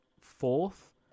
fourth